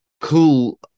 cool